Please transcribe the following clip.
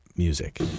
music